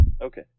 Okay